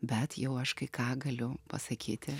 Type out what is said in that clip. bet jau aš kai ką galiu pasakyti